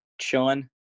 chilling